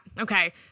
okay